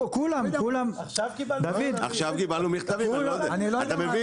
ל --- עכשיו קיבלנו מכתבים, אתה מבין?